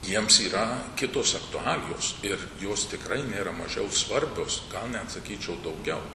jiems yra kitos aktualijos ir jos tikrai nėra mažiau svarbios gal net sakyčiau daugiau